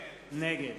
נגד